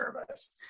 service